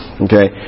Okay